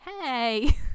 hey